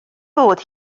bod